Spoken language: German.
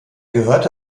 gehörte